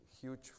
huge